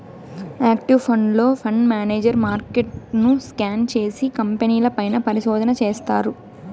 active ఫండ్లో, fund manager మార్కెట్ను scan చేసి, కంపెనీల పైన పరిశోధన చేస్తారు